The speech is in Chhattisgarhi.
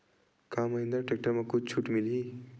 का महिंद्रा टेक्टर म कुछु छुट मिलही?